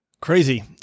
Crazy